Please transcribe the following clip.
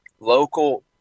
local